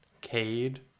Cade